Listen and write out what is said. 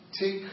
take